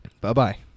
Bye-bye